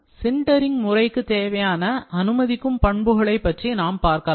sintering முறைக்கு தேவையான அனுமதிக்கும் பண்புகளை நாம் பார்க்கலாம்